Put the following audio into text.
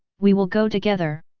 we will go together.